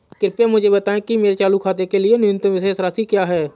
कृपया मुझे बताएं कि मेरे चालू खाते के लिए न्यूनतम शेष राशि क्या है?